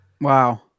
Wow